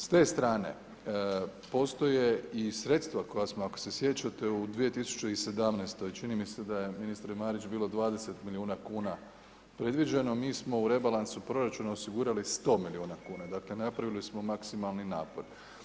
S te strane postoje i sredstva koja smo, ako se sjećate u 2017. čini mi se da je ministre Marić bilo 20 milijuna kuna predviđeno, mi smo u rebalansu proračuna osigurali 100 milijuna kuna, dakle napravili smo maksimalni napor.